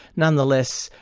nonetheless,